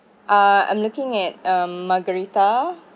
uh I m looking at um margarita